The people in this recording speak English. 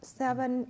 seven